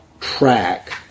track